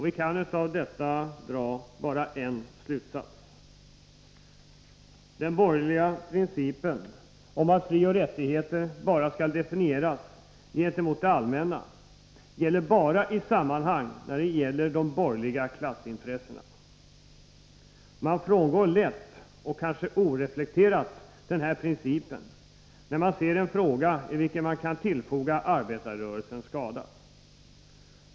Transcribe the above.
Vi kan av detta dra bara en slutsats: Den borgerliga principen om att frioch rättigheter skall definieras endast gentemot det allmänna gäller bara i sammanhang som gynnar de borgerliga klassintressena. Man frångår lätt och kanske oreflekterat denna princip i en fråga där man kan tillfoga arbetarrörelsen skada.